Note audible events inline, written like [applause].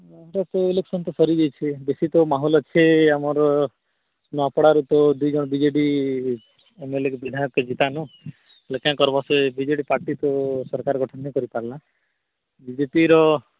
[unintelligible] election ତ ସରିଯାଇଛି ବେଶୀ ତ ମାହୋଲ ଅଛି ଆମର ନୂଆପଡ଼ାର ତ ଦୁଇ ଜଣ B J D M L A କି ବିଧାୟକ କି [unintelligible] ହେଲେ କି କରବ ବ ଜେ ଡ଼ି ପାର୍ଟୀ ତ ସରକାର ଗଠନ ନ କରିପାରିଲା ବିଜେପିର